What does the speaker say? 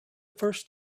first